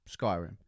Skyrim